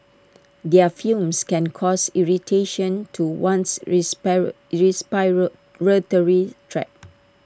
their fumes can cause irritation to one's tract